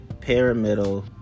pyramidal